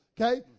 Okay